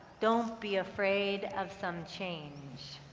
don't be afraid of some change.